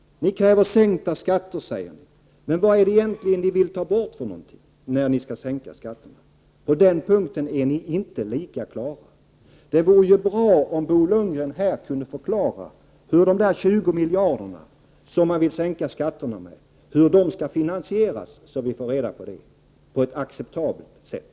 Ni kräver sänkta skatter. Men vad är det egentligen som ni då vill ta bort? På den punkten uttrycker ni er inte lika klart. Det vore bra om Bo Lundgren här kunde förklara hur de 20 miljarder som man vill sänka skatterna med skall finansieras på ett acceptabelt sätt.